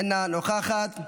אינה נוכחת,